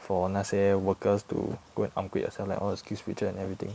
for 那些 workers to go and upgrade yourself like all the skills future and everything